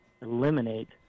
eliminate